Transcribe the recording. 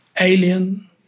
alien